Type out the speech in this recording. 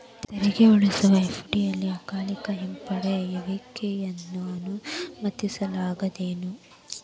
ತೆರಿಗೆ ಉಳಿಸುವ ಎಫ.ಡಿ ಅಲ್ಲೆ ಅಕಾಲಿಕ ಹಿಂಪಡೆಯುವಿಕೆಯನ್ನ ಅನುಮತಿಸಲಾಗೇದೆನು?